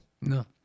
No